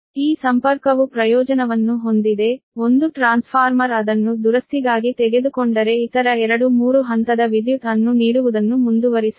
ಈ ಸಂಪರ್ಕವು ಪ್ರಯೋಜನವನ್ನು ಹೊಂದಿದೆ ಒಂದು ಟ್ರಾನ್ಸ್ಫಾರ್ಮರ್ ಅದನ್ನು ದುರಸ್ತಿಗಾಗಿ ತೆಗೆದುಕೊಂಡರೆ ಇತರ ಎರಡು ಮೂರು ಹಂತದ ವಿದ್ಯುತ್ ಅನ್ನು ನೀಡುವುದನ್ನು ಮುಂದುವರಿಸಬಹುದು